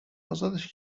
ازادش